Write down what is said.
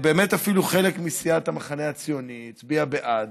באמת, אפילו חלק מסיעת המחנה הציוני הצביעו בעד.